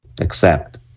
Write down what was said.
Accept